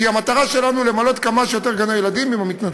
כי המטרה שלנו היא למלא כמה שיותר גני-ילדים במתנדבות.